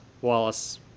Wallace